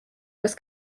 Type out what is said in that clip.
was